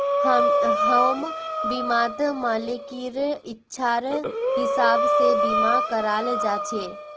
home बीमात मालिकेर इच्छार हिसाब से बीमा कराल जा छे